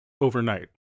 overnight